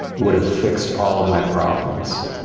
would have fixed all of my problems.